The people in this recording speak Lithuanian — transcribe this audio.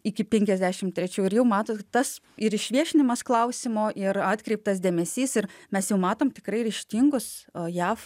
iki penkiasdešim trečių ir jau matot tas ir išviešinimas klausimo ir atkreiptas dėmesys ir mes jau matom tikrai ryžtingus a jav